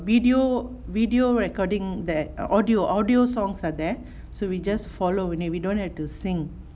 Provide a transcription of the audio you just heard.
video video recording that audio audio songs are there so we just follow only we don't have to sing